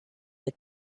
the